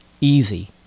easy